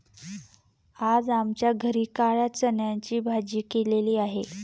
आज आमच्या घरी काळ्या चण्याची भाजी केलेली आहे